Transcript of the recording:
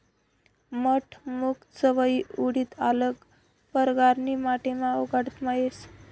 मठ, मूंग, चवयी, उडीद आल्लग परकारनी माटीमा उगाडता येस